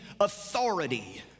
authority